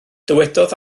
dywedodd